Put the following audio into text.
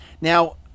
Now